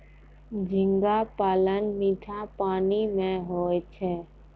झींगा पालन मीठा पानी मे होय छै